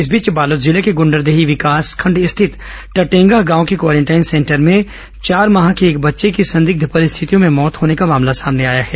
इस बीच बालोद जिले के गुंडरदेही विकासखंड स्थित टटेंगा गांव के क्वॉरेंटाइन सेंटर में चार माह के एक बच्चे की संदिग्ध परिस्थितियों में मौत होने का मामला सामने आया है